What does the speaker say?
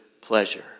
pleasure